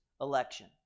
election